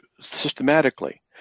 systematically